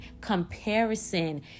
comparison